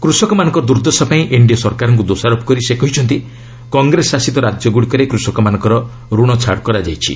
କୃଷକମାନଙ୍କର ଦୁର୍ଦ୍ଦଶା ପାଇଁ ଏନ୍ଡିଏ ସରକାରଙ୍କୁ ଦୋଷାରୋପ କରି ସେ କହିଛନ୍ତି କଂଗ୍ରେସ ଶାସିତ ରାଜ୍ୟଗୁଡ଼ିକରେ କୃଷକମାନଙ୍କର ଋଣ ଛାଡ଼ କରାଯାଇଛି